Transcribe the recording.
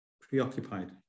preoccupied